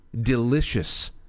delicious